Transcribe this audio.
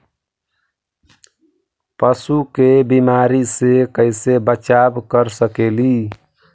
पशु के बीमारी से कैसे बचाब कर सेकेली?